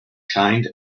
kind